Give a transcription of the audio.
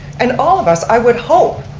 and all of us, i would hope,